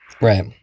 Right